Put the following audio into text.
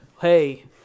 hey